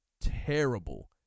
terrible